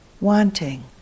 Wanting